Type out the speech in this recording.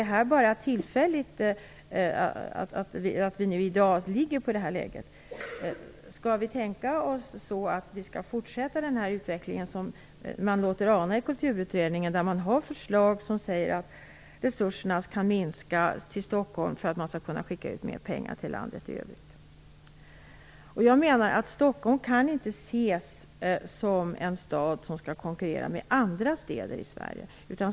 Är det bara tillfälligt? Skall vi tänka oss att fortsätta den utveckling som vi kan ana i Kulturutredningen, där man har förslag som säger att resurserna till Stockholm kan minska för att man skall kunna skicka ut mer pengar till landet i övrigt? Stockholm kan enligt min mening inte ses som en stad som skall konkurrera med andra städer i Sverige.